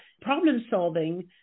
problem-solving